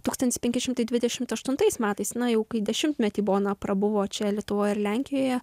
tūkstantis penki šimtai dvidešimt aštuntais metais na jau dešimtmetį bona prabuvo čia lietuvoje ir lenkijoje